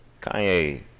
Kanye